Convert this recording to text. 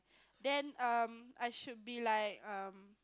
then um I should be like um